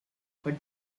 for